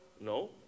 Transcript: No